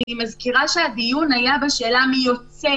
אני מזכירה שהדיון היה בשאלה מי יוצא